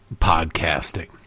podcasting